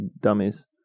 dummies